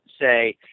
say